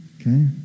Okay